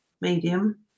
medium